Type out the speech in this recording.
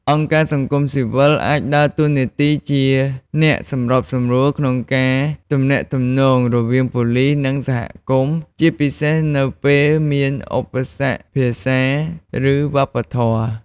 អង្គការសង្គមស៊ីវិលអាចដើរតួជាអ្នកសម្របសម្រួលក្នុងការទំនាក់ទំនង រវាងប៉ូលិស និងសហគមន៍ ជាពិសេសនៅពេលមានឧបសគ្គភាសា ឬវប្បធម៌។